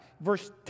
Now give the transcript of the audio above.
Verse